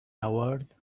award